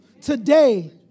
today